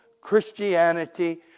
Christianity